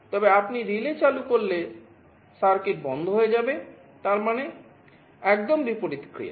তবে আপনি রিলে চালু করলে সার্কিট বন্ধ হয়ে যাবে তার মানে একদম বিপরীত ক্রিয়া